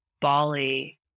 Bali